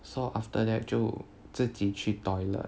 so after that 就自己去 toilet